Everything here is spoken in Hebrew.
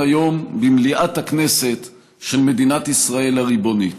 היום במליאת הכנסת של מדינת ישראל הריבונית.